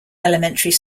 elementary